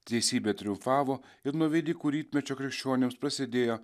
teisybė triumfavo ir nuo velykų rytmečio krikščionims prasidėjo